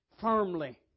firmly